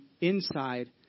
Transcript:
inside